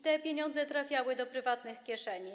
Te pieniądze trafiały do prywatnych kieszeni.